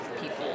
people